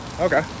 Okay